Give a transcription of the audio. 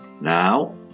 Now